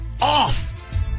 off